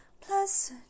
Plus